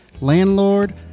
landlord